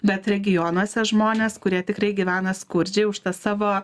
bet regionuose žmonės kurie tikrai gyvena skurdžiai už tą savo